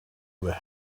where